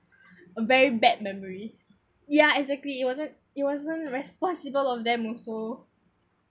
a very bad memory ya exactly it wasn't it wasn't responsible of them also